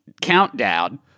countdown